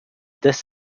this